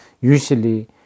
usually